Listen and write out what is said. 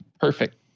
Perfect